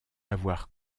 avoir